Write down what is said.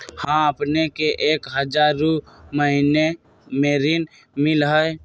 हां अपने के एक हजार रु महीने में ऋण मिलहई?